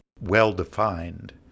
well-defined